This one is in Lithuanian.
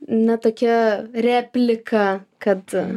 na tokia replika kad